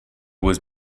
was